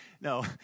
No